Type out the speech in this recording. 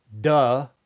Duh